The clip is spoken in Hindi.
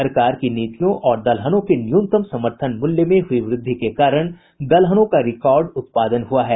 सरकार की नीतियों और दलहनों के न्यूनतम समर्थन मूल्य में हुयी वृद्धि के कारण दलहनों का रिकार्ड उत्पादन हुआ है